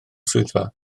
swyddfa